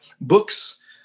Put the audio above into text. books